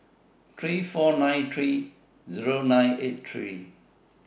three four nine three nine eight three